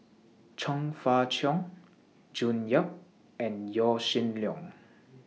Chong Fah Cheong June Yap and Yaw Shin Leong